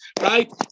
right